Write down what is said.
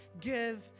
give